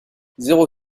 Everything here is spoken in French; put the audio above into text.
zéro